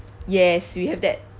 yes we have that